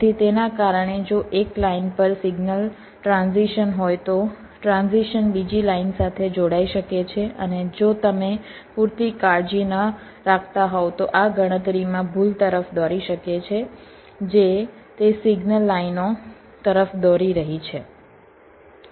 તેથી તેના કારણે જો એક લાઇન પર સિગ્નલ ટ્રાન્ઝિશન હોય તો ટ્રાન્ઝિશન બીજી લાઇન સાથે જોડાઈ શકે છે અને જો તમે પૂરતી કાળજી ન રાખતા હોવ તો આ ગણતરીમાં ભૂલ તરફ દોરી શકે છે જે તે સિગ્નલ લાઇનો તરફ દોરી રહી છે